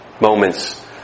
moments